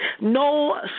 no